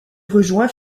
rejoint